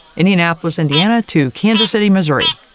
indianapolis, indiana to kansas city, missouri.